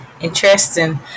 interesting